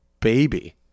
baby